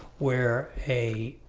where a